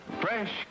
Fresh